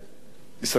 ישראל ביתנו,